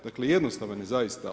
Dakle, jednostavan je zaista.